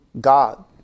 God